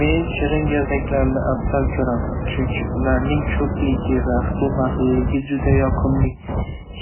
Men shirin gazaklarni afzal ko'raman, chunki ularning ko'pligi va xilma-xilligi juda yoqimli.